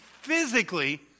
physically